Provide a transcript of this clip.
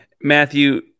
matthew